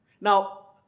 Now